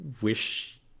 wish